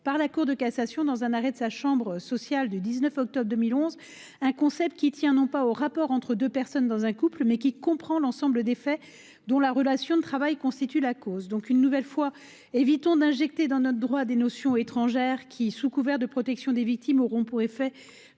par la Cour de cassation dans un arrêt de sa chambre sociale du 19 octobre 2011, celle ci est un concept qui ne tient pas au rapport entre deux personnes dans un couple, mais qui « comprend l’ensemble des faits dont la relation de travail constitue la cause ». Une nouvelle fois, évitons d’inclure dans notre droit des notions étrangères qui, sous couvert de protection des victimes, auront pour effet